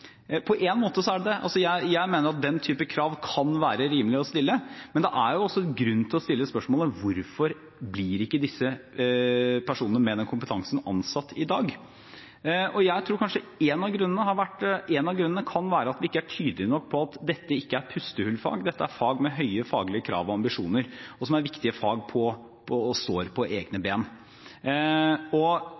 er også en grunn til å stille spørsmålet: Hvorfor blir ikke disse personene med den kompetansen ansatt i dag? Jeg tror kanskje en av grunnene kan være at vi ikke er tydelige nok på at dette ikke er pustehullfag. Dette er fag med høye faglige krav og ambisjoner, som er viktige fag, og som står på egne ben. Jeg vil gjerne jobbe videre med anbefalingen fra Det muliges kunst og